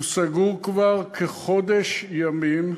הוא סגור כבר כחודש ימים,